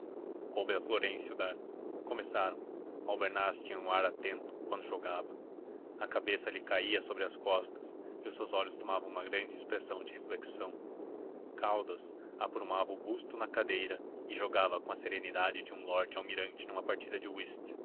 coube a florêncio dar começaram albernaz tinha um ar atento quando jogava a cabeça lhe caía sobre as costas e os seus olhos tomavam uma grande expressão de reflexão caldas aprumava o busto na cadeira e jogava com a serenidade de um lorde almirante numa partida de